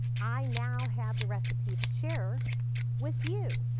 i now have the recipe to share with you.